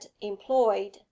employed